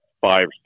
five